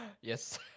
Yes